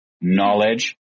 knowledge